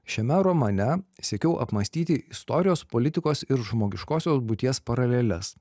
šiame romane siekiau apmąstyti istorijos politikos ir žmogiškosios būties paraleles